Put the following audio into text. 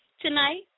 tonight